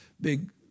big